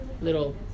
little